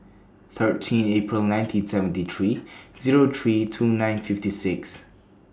thirteen April nineteen seventy three Zero three two nine fifty six